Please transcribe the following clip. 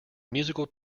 musical